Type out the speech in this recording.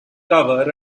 cover